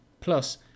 Plus